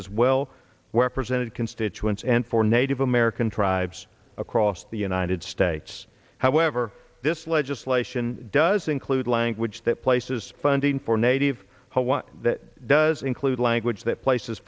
his well we're presented constituents and for native american tribes across the united states however this legislation does include language that places funding for native that does include language that places